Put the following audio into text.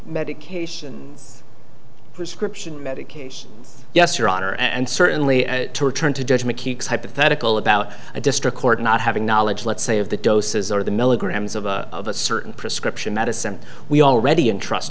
medication prescription medication yes your honor and certainly to return to judgment hypothetical about a district court not having knowledge let's say of the doses or the milligrams of a certain prescription medicine we already in trust